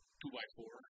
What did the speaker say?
two-by-four